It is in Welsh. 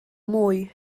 mwy